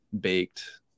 baked